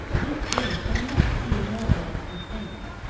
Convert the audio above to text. his fame shall not be immortal as he thinks.